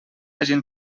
hagin